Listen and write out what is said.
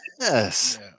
Yes